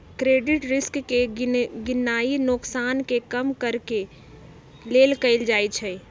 credit risk के गीणनाइ नोकसान के कम करेके लेल कएल जाइ छइ